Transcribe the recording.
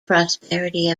prosperity